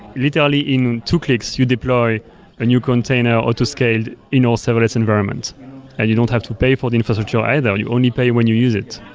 literally in two clicks, you deploy a new container auto scaled in your all serverless environment and you don't have to pay for the infrastructure either. you only pay when you use it.